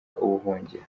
ubuhungiro